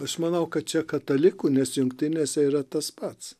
aš manau kad čia katalikų nes jungtinėse yra tas pats